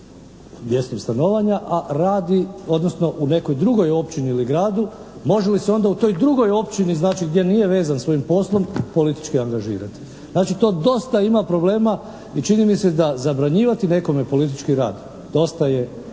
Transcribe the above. mjesto stanovanja, a radi, odnosno u nekoj drugoj općini ili gradu. Može li se onda u toj drugoj općini znači gdje nije vezan svojim poslom politički angažirati? Znači, to dosta ima problema i čini mi se da zabranjivati nekome politički rad dosta je,